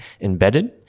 embedded